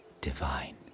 Divine